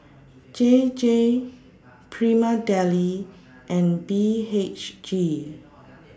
J J Prima Deli and B H G